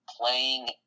playing